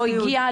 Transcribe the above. לא הגיע,